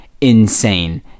insane